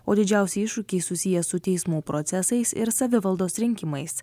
o didžiausi iššūkiai susiję su teismų procesais ir savivaldos rinkimais